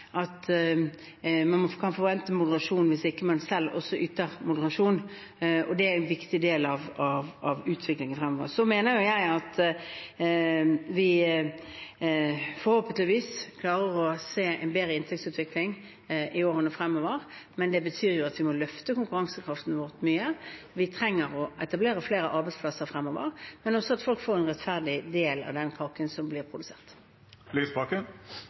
at det ikke er sånn at man kan forvente moderasjon hvis man ikke selv også yter moderasjon. Det er en viktig del av utviklingen fremover. Så mener jeg at vi forhåpentligvis klarer å se en bedre inntektsutvikling i årene fremover, men det betyr at vi må løfte konkurransekraften vår mye. Vi trenger å etablere flere arbeidsplasser fremover, men også at folk får en rettferdig del av den kaken som blir